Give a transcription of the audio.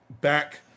back